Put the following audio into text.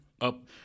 up